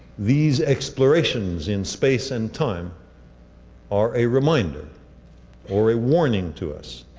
these explorations in space and time are a reminder or a warning to us